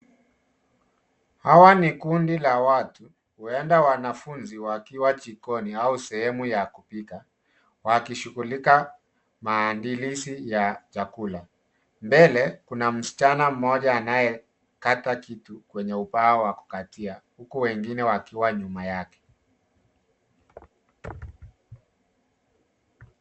Hawa ni kundi la watu huenda wanafunzi wakiwa jikoni au sehemu ya kupika wakishughulika maandalizi ya chakula mbele kuna msichana mmoja anayeketa kitu kwenye ubao wa kukatia huku wengine wakiwa nyuma yake.